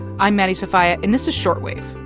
i'm maddie sofia, and this is short wave,